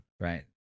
Right